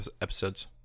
episodes